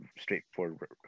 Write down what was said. straightforward